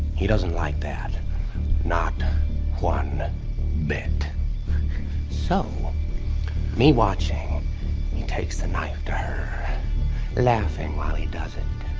he doesn't like that not one bit so me watching he takes the knife to her laughing while he does it